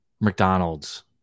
McDonald's